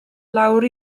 lawr